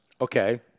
Okay